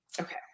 okay